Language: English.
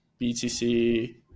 BTC